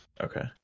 Okay